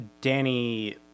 Danny